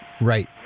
right